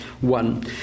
one